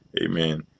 Amen